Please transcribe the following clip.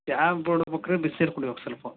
ಚಾ ಬುಡ್ಬೇಕು ರೀ ಬಿಸ್ನೀರು ಕುಡಿಬೇಕು ಸ್ವಲ್ಪ